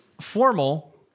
formal